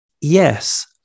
yes